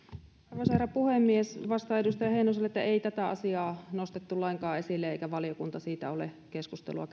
arvoisa herra puhemies vastaan edustaja heinoselle että ei tätä asiaa nostettu lainkaan esille eikä valiokunta siitä ole keskustelua